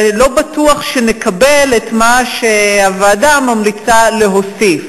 ולא בטוח שנקבל את מה שהוועדה ממליצה להוסיף.